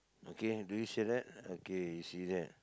okay do you see that okay you see that